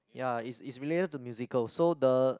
ya it's it's related to musical so the